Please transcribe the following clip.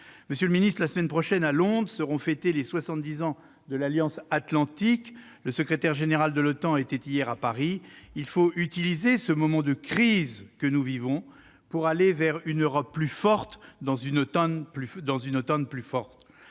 Monsieur le ministre, la semaine prochaine, à Londres, seront fêtés les 70 ans de l'Alliance atlantique. Le secrétaire général de l'OTAN était hier à Paris. Il faut utiliser le moment de crise que nous vivons pour aller vers une Europe plus forte dans une OTAN plus forte.